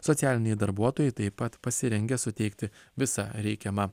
socialiniai darbuotojai taip pat pasirengę suteikti visą reikiamą